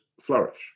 flourish